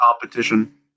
competition